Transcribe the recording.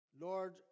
Lord